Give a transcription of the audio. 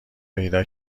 پیدا